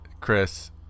Chris